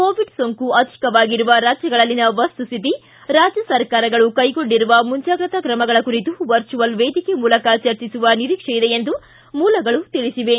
Covid ಸೋಂಕು ಅಧಿಕವಾಗಿರುವ ರಾಜ್ಯಗಳಲ್ಲಿನ ವಸ್ತುಸ್ಥಿತಿ ರಾಜ್ಯ ಸರ್ಕಾರಗಳು ಕೈಗೊಂಡಿರುವ ಮುಂಚಾಗ್ರತಾ ಕ್ರಮಗಳ ಕುರಿತು ವರ್ಚುವಲ್ ವೇದಿಕೆ ಮೂಲಕ ಚರ್ಚಿಸುವ ನಿರೀಕ್ಷೆ ಇದೆ ಎಂದು ಮೂಲಗಳು ತಿಳಿಸಿವೆ